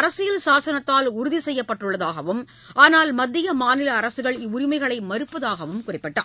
அரசியல் சாகனத்தால் உறுதி செய்யப்பட்டுள்ளதாகவும் ஆனால் மத்திய மாநில அரசுகள் அந்த உரிமைகளை மறுப்பதாகவும் குறிப்பிட்டார்